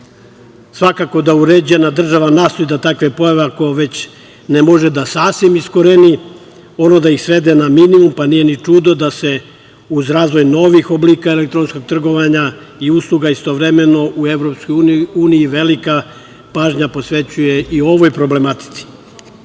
da uređena država nastoji da takve pojave, ako već ne može da sasvim iskoreni, ono da ih svede na minimum, pa nije ni čudo da se uz razvoj novih oblika elektronskog trgovanja i usluga istovremeno u Evropskoj uniji velika pažnja posvećuje i u ovoj problematici. Predlogom